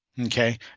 Okay